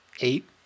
eight